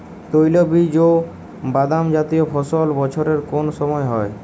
তৈলবীজ ও বাদামজাতীয় ফসল বছরের কোন সময় হয়?